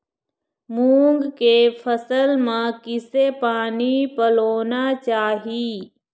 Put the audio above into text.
मूंग के फसल म किसे पानी पलोना चाही?